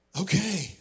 Okay